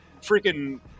freaking